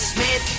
Smith